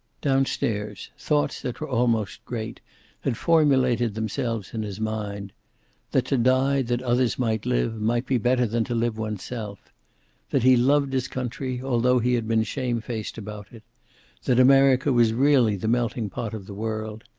down-stairs, thoughts that were almost great had formulated themselves in his mind that to die that others might live might be better than to live oneself that he loved his country, although he had been shamefaced about it that america was really the melting-pot of the world,